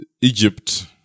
Egypt